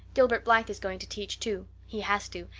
gilbert blythe is going to teach, too. he has to.